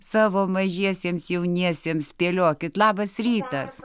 savo mažiesiems jauniesiems spėliokit labas rytas